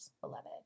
beloved